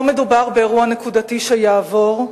לא מדובר באירוע נקודתי שיעבור,